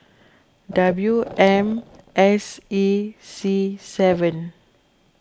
W M S E C seven